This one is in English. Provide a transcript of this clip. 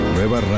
Nueva